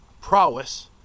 prowess